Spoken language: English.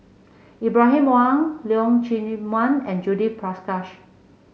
Ibrahim Awang Leong Chee Mun and Judith Prakash